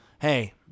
Hey